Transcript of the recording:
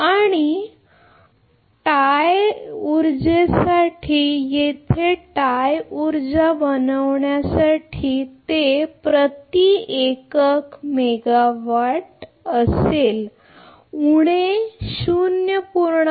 आणि टाय उर्जेसाठी येथे टाय ऊर्जा बनवण्यासाठी ते प्रति युनिट मेगावाट असेल उणे 0